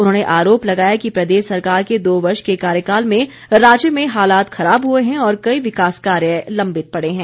उन्होंने आरोप लगाया कि प्रदेश सरकार का दो वर्ष के कार्यकाल में राज्य में हालात खराब हुए हैं और कई विकास कार्य लम्बित पड़े हैं